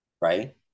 right